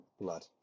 blood